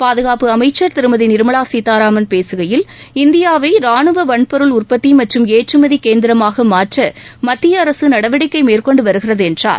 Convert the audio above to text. பாதுகாப்பு அமைச்சா் திருமதி நிர்மலா சீத்தாராமன் பேசுகையில் இந்தியாவை ராணுவ வன்பொருள் உற்பத்தி மற்றும் ஏற்றுமதி கேந்திரமாக மாற்ற மத்திய அரசு நடவடிக்கை மேற்கொண்டு வருகிறது என்றார்